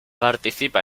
participa